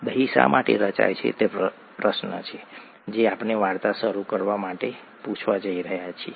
દહીં શા માટે રચાય છે તે પ્રશ્ન છે જે આપણે વાર્તા શરૂ કરવા માટે પૂછવા જઈ રહ્યા છીએ